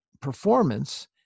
performance